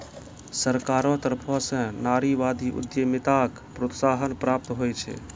सरकारो तरफो स नारीवादी उद्यमिताक प्रोत्साहन प्राप्त होय छै